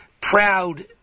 proud